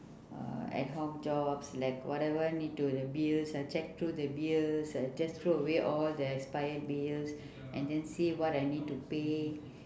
uh at home jobs like whatever need to the bills I check through the bills I just throw away all the expired bills and then see what I need to pay